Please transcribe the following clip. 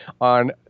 on